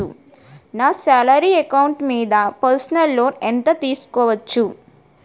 నా salary account మీద personal loan ఎంత తీసుకోవచ్చు?